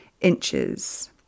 inches